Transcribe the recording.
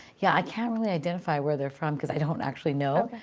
yeah, i can't really identify where they're from because i don't actually know,